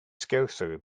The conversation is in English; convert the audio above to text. scarcer